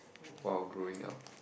!wah! growing up